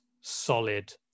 solid